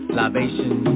libation